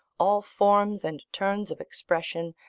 all forms and turns of expression,